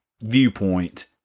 viewpoint